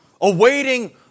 awaiting